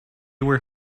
were